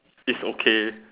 it's okay